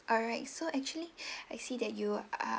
alright so actually I see that you are